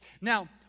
Now